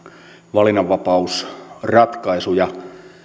valinnanvapausratkaisuja